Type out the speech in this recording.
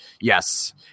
Yes